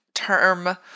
term